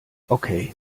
okay